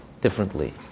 differently